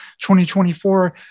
2024